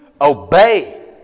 obey